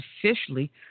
officially